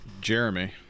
Jeremy